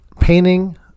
Painting